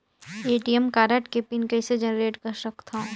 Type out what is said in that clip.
ATM card के pin कइसे generate कर सकथव?